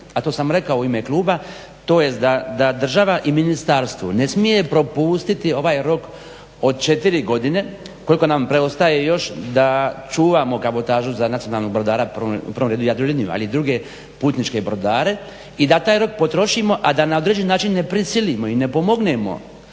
a to sam rekao u ime kluba to jest da država i ministarstvo ne smije propustiti ovaj rok od 4 godine koliko nam preostaje još da čuvamo kabotažu za nacionalnog brodara u prvom redu Jadroliniju ali i druge putničke brodare i da taj rok potrošimo a da na određeni način ne prisilimo i ne pomognemo